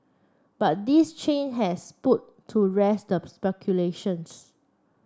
but this change has put to rest speculations